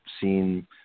seen